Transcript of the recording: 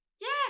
Yes